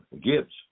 Gibbs